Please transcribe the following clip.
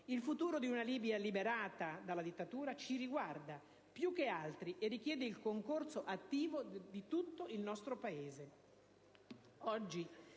Il futuro di una Libia liberata dalla dittatura ci riguarda più di altri e richiede il concorso attivo di tutto il nostro Paese.